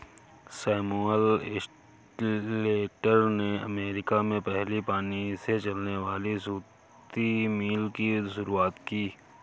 Samuel Slater ने America में पहली पानी से चलने वाली सूती मिल की शुरुआत की